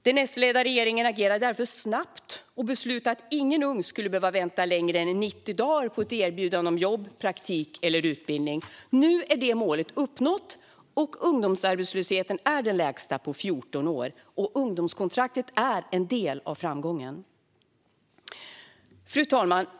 Den S-ledda regeringen agerade därför snabbt och beslutade att ingen ung skulle behöva vänta längre än 90 dagar på ett erbjudande om jobb, praktik eller utbildning. Nu är det målet uppnått, och ungdomsarbetslösheten är den lägsta på 14 år. Ungdomskontraktet är en del av framgången. Fru talman!